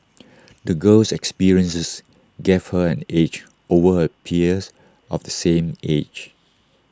the girl's experiences gave her an edge over her peers of the same age